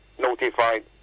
Notified